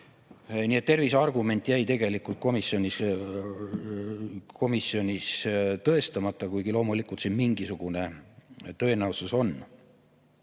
Nii et tervise argument jäi komisjonis tegelikult tõestamata, kuigi loomulikult siin mingisugune tõenäosus on,